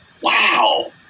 Wow